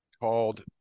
called